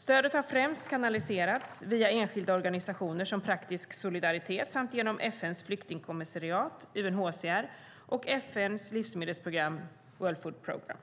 Stödet har främst kanaliserats via enskilda organisationer som Praktisk Solidaritet samt genom FN:s flyktingkommissariat UNHCR:s och FN:s livsmedelsprogram World Food Programmes